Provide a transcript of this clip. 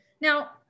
Now